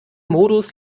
modus